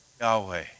Yahweh